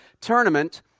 tournament